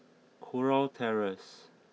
Kurau Terrace